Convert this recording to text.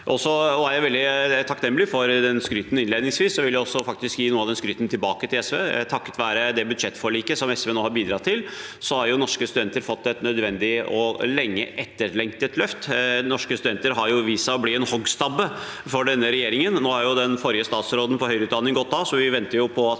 Jeg er veldig takknemlig for skrytet innledningsvis, og jeg vil faktisk gi noe av det skrytet tilbake til SV. Takket være budsjettforliket som SV nå har bidratt til, har norske studenter fått et nødvendig og lenge etterlengtet løft. Norske studenter har vist seg å bli en hoggestabbe for denne regjeringen. Nå har den forrige statsråden for høyere utdanning gått av, så vi venter på at